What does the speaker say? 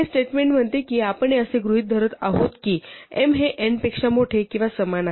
हे स्टेटमेंट म्हणते की आपण असे गृहीत धरत आहोत की m हे n पेक्षा मोठे किंवा समान आहे